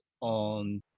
on